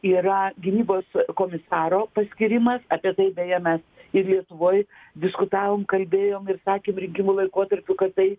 yra gynybos komisaro paskyrimas apie tai beje mes ir lietuvoj diskutavom kalbėjom ir sakėm rinkimų laikotarpiu kad tai